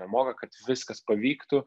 nemoka kad viskas pavyktų